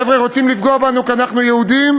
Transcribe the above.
חבר'ה, רוצים לפגוע בנו כי אנחנו יהודים,